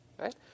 right